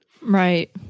right